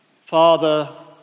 Father